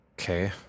Okay